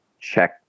check